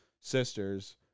sisters